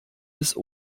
bis